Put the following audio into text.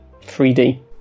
3D